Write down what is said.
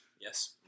Yes